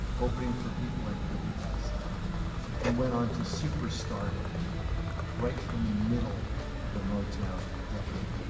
opening for people like billy eckstine and went on to super stardom right in the middle of the motown decade.